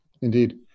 Indeed